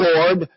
Lord